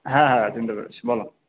হ্যাঁ হ্যাঁ চিনতে পেরেছি বলো